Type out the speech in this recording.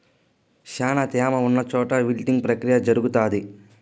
శ్యానా త్యామ ఉన్న చోట విల్టింగ్ ప్రక్రియ జరుగుతాది